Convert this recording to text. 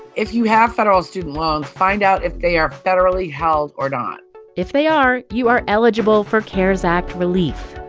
if you have federal student loans, find out if they are federally held or not if they are, you are eligible for cares act relief.